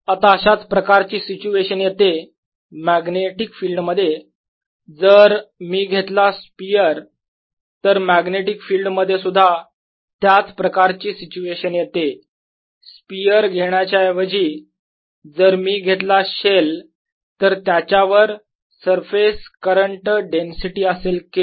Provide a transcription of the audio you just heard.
आता अशाच प्रकारची सिच्युएशन येते मॅग्नेटिक फिल्ड मध्ये जर मी घेतला स्पियर तर मॅग्नेटिक फिल्ड मध्ये सुद्धा त्याच प्रकारची सिच्युएशन येते स्पियर घेण्याच्या ऐवजी जर मी घेतला शेल तर त्याच्यावर सरफेस करंट डेन्सिटी असेल K